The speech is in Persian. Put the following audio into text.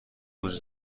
وجود